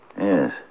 Yes